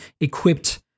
equipped